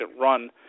run